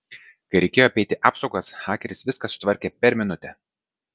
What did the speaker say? kai reikėjo apeiti apsaugas hakeris viską sutvarkė per minutę